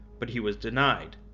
but he was denied.